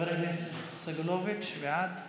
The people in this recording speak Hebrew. חבר הכנסת יואב סגלוביץ' בעד,